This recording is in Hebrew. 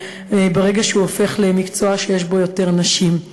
ברגע שהוא הופך למקצוע שיש בו יותר נשים.